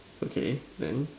okay then